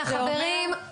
חברים,